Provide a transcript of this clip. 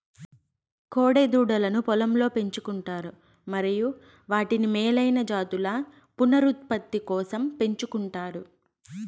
కోడె దూడలను పొలంలో పెంచు కుంటారు మరియు వాటిని మేలైన జాతుల పునరుత్పత్తి కోసం పెంచుకుంటారు